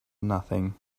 nothing